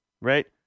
right